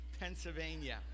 Pennsylvania